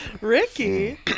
Ricky